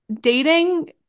dating